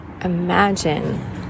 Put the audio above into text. imagine